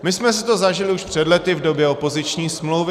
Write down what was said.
My jsme si to zažili už před lety v době opoziční smlouvy.